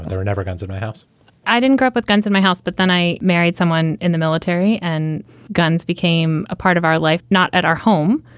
there were never guns in my house i didn't grow up with guns in my house. but then i married someone in the military. and guns became a part of our life, not at our home,